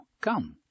Come